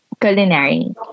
culinary